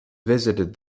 visited